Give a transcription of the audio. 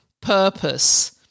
purpose